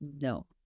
no